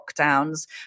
lockdowns